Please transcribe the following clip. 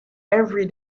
every